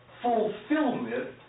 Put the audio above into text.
fulfillment